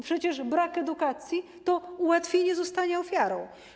Przecież brak edukacji to ułatwienie zostania ofiarą.